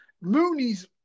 Mooney's